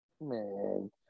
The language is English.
Man